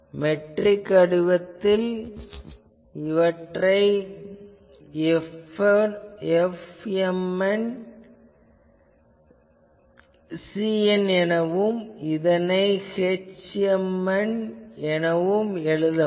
இது மெட்ரிக் வடிவத்தில் Fmn Cn எனவும் இதனை hm எனவும் எழுதலாம்